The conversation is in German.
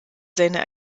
seine